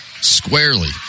squarely